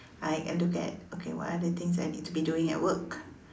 I look at okay what other things I need to be doing at work